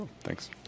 thanks